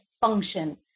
function